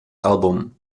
album